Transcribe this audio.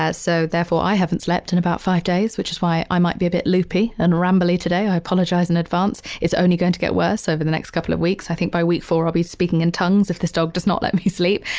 so therefore, i haven't slept in about five days, which is why i might be a bit loopy and ramble-y today. i apologize in advance. it's only going to get worse over the next couple of weeks. i think by week four, i'll be speaking in tongues if this dog does not let me sleep.